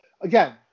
again